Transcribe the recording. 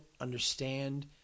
understand